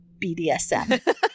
BDSM